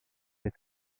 est